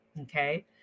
Okay